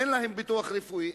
אין להם ביטוח רפואי,